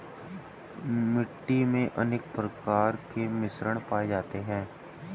मिट्टी मे अनेक प्रकार के मिश्रण पाये जाते है